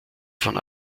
von